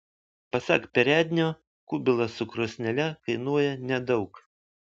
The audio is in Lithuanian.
pasak perednio kubilas su krosnele kainuoja nedaug